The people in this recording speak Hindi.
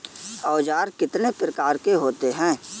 औज़ार कितने प्रकार के होते हैं?